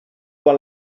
quan